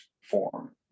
form